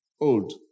old